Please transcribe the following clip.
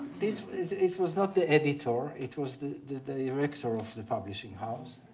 this it was not the editor. it was the the director of the publishing house,